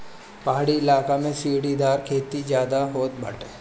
पहाड़ी इलाका में सीढ़ीदार खेती ज्यादा होत बाटे